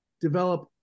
develop